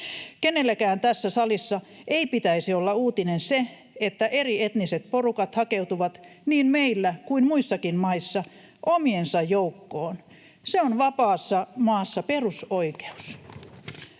Kenellekään tässä salissa ei pitäisi olla uutinen se, että eri etniset porukat hakeutuvat niin meillä kuin muissakin maissa omiensa joukkoon. Se on vapaassa maassa perusoikeus.